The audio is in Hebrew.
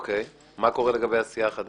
מה קורה לגבי הסיעה החדשה?